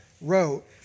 wrote